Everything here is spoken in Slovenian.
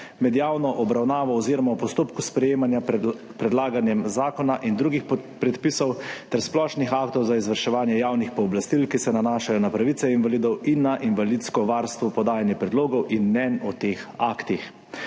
med javno obravnavo oziroma v postopku sprejemanja predlaganega zakona in drugih predpisov ter splošnih aktov za izvrševanje javnih pooblastil, ki se nanašajo na pravice invalidov in na invalidsko varstvo; podajanje predlogov in mnenj o teh aktih;